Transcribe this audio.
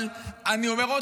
אבל אני אומר עוד פעם.